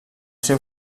seu